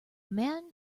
man